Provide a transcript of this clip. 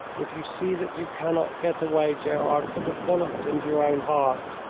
if you see that you cannot get away, gerard, put a bullet into your own heart.